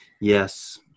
Yes